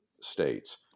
states